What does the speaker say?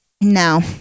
No